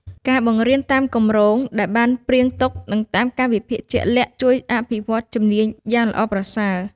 ការបង្រៀនតាមគម្រោង ដែលបានព្រាងទុកនិងតាមកាលវិភាគជាក់លាក់ ជួយអភិវឌ្ឍជំនាញយ៉ាងល្អប្រសើរ។